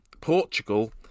Portugal